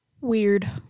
Weird